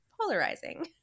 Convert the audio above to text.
polarizing